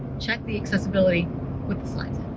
check the accessibility with the slides.